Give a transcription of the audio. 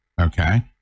Okay